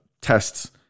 tests